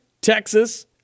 Texas